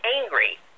angry